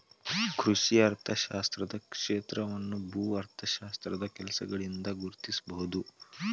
ಕೃಷಿ ಅರ್ಥಶಾಸ್ತ್ರದ ಕ್ಷೇತ್ರವನ್ನು ಭೂ ಅರ್ಥಶಾಸ್ತ್ರದ ಕೆಲಸಗಳಿಂದ ಗುರುತಿಸಬಹುದು